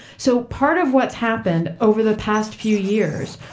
so part of what's happened over the past few years,